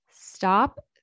Stop